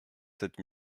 sept